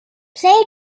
play